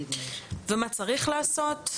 מה צריך לעשות?